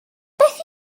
beth